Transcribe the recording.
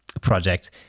project